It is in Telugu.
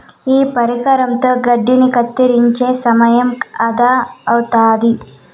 ఈ పరికరంతో గడ్డిని కత్తిరించే సమయం ఆదా అవుతాది